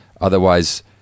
Otherwise